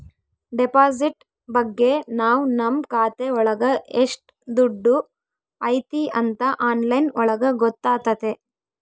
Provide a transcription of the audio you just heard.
deposit ಬಗ್ಗೆ ನಾವ್ ನಮ್ ಖಾತೆ ಒಳಗ ಎಷ್ಟ್ ದುಡ್ಡು ಐತಿ ಅಂತ ಆನ್ಲೈನ್ ಒಳಗ ಗೊತ್ತಾತತೆ